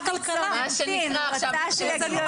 להתבטא --- גם אם אתה לא מסכים,